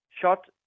Shot